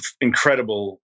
incredible